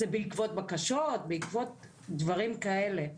זה בעקבות בקשות ודברים כאלה.